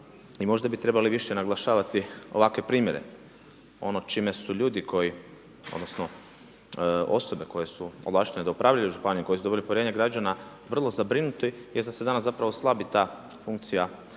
možda bi trebali više naglašavati ovakve primjere. Ono čime su ljudi koji, odnosno osobe koje su ovlaštene da upravljaju županijama, koje su dobile povjerenje građana, vrlo zabrinuti jer se danas slabi ta funkcija